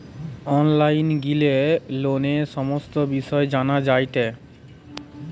online গিলে লোনের সমস্ত বিষয় জানা যায়টে